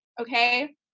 okay